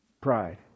Pride